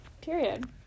Period